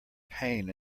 pain